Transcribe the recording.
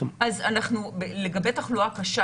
אז לגבי תחלואה קשה,